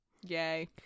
Yay